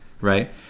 right